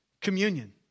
communion